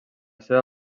seva